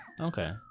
Okay